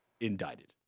Indicted